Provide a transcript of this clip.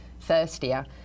thirstier